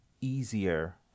easier